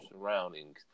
surroundings